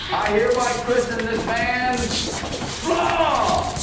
i hereby christen this van flaw!